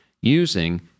using